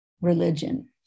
religion